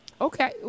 Okay